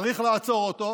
צריך לעצור אותו,